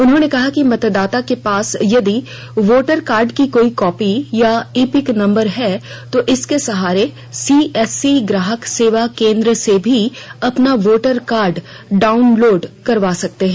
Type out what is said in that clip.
उन्होंने कहा कि मतदाता के पास यदि वोटर कार्ड की कोई कॉपी या इपिक नंबर है तो इसके सहारे सीएससी ग्राहक सेवा केन्द्र से भी अपना वोटर कार्ड डाउनलोड करवा सकते हैं